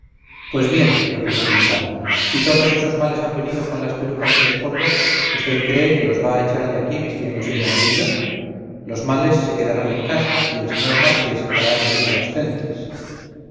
pues bien repuso quintana si todos esos males han venido con las pelucas y los polvos usted cree que los va a echar de aquí vistiéndose de amarillo los males se quedarán en casa y el señor marqués hará reír a las gentes